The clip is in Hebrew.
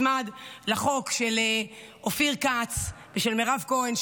שהוצמד לחוק של אופיר כץ ושל מירב כהן,